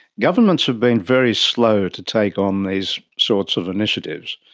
governments have been very slow to take on these sorts of initiatives,